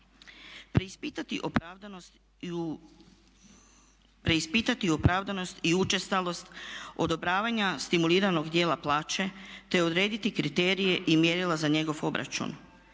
Preispitati opravdanost i učestalost odobravanja stimuliranog djela plaće te odrediti kriterije i mjerila za njegov obračun.